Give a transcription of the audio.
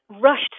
rushed